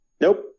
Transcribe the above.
Nope